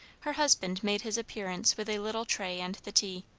her husband made his appearance with a little tray and the tea.